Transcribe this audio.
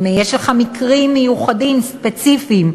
אם יש לך מקרים מיוחדים ספציפיים,